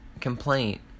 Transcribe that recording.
complaint